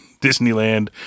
Disneyland